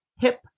hip